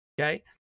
Okay